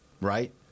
right